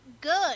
good